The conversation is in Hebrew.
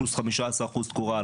פלוס 15 אחוז תקורה,